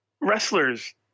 wrestlers